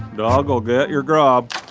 doug will get your grub.